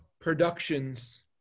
Productions